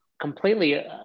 completely